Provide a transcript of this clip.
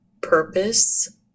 purpose